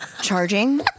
Charging